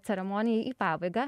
ceremonijai į pabaigą